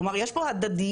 כלומר, יש כאן הדדיות.